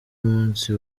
munsi